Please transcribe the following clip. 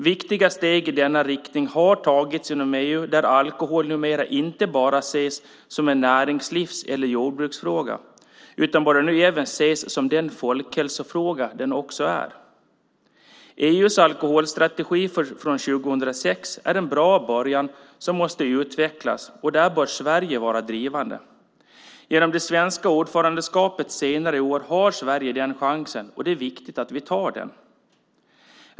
Viktiga steg i denna riktning har tagits inom EU, där alkoholfrågan numera inte bara ses som en näringslivs eller jordbruksfråga utan nu även börjar ses som den folkhälsofråga den också är. EU:s alkoholstrategi från 2006 är en bra början som måste utvecklas, och där bör Sverige vara drivande. Genom det svenska ordförandeskapet senare i år har Sverige den chansen, och det är viktigt att vi tar den.